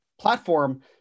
platform